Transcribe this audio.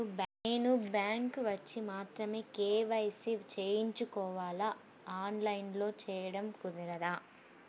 నేను బ్యాంక్ వచ్చి మాత్రమే కే.వై.సి చేయించుకోవాలా? ఆన్లైన్లో చేయటం కుదరదా?